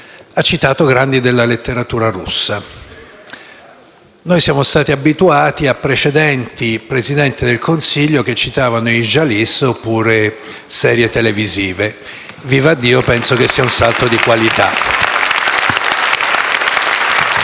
e grandi della letteratura russa; noi siamo stati abituati a precedenti Presidenti del Consiglio che citavano i Jalisse oppure serie televisive. Vivaddio, penso sia un salto di qualità.